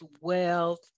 wealth